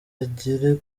agree